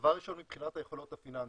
מבחינת היכולות הפיננסיות,